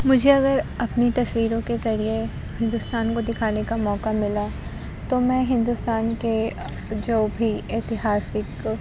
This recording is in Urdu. مجھے اگر اپنی تصویروں کے ذریعہ ہندوستان کو دکھانے کا موقع ملا تو میں ہندوستان کے جو بھی اتہاسک